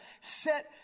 set